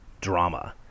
drama